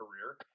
career